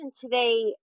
today